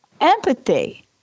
empathy